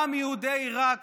גם יהודי עיראק,